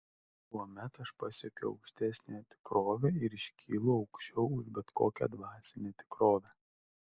tuomet aš pasiekiu aukštesniąją tikrovę ir iškylu aukščiau už bet kokią dvasinę tikrovę